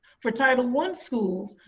for title one schools,